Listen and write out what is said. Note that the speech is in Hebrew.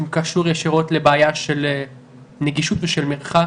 קשור ישירות לבעיה של נגישות ושל מרחק,